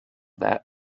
that